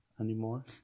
anymore